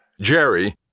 Jerry